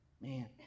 Man